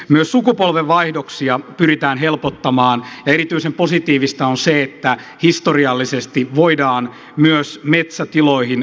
myös sukupolvenvaihdoksia pyritään helpottamaan ja erityisen positiivista on se että historiallisesti voidaan myös metsätiloihin